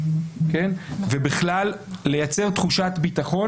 ובכלל לייצר תחושת ביטחון.